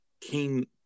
came